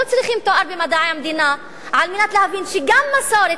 לא צריכים תואר במדעי המדינה כדי להבין שגם מסורת